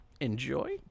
Enjoy